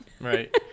Right